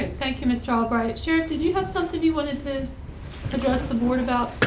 and thank you, mr. albright. sheriff, did you have something you wanted to address the board about?